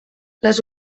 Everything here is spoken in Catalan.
les